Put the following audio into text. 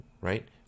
right